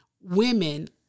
women